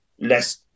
less